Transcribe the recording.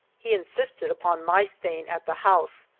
he insisted upon my staying at the house,